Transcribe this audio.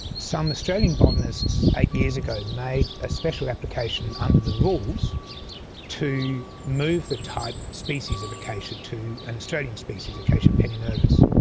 some australian botanists eight years ago made a special application under the rules to move the type species of acacia to an australian species, acacia penninervis.